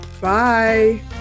bye